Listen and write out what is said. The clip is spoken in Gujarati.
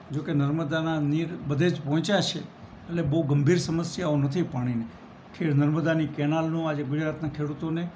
જો કે નર્મદાનાં નીર બધે જ પહોંચ્યા છે એટલે બહું ગંભીર સમસ્યાઓ નથી પાણીની કે નર્મદાની કેનાલનું આજે ગુજરાતનાં ખેડૂતોને